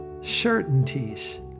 certainties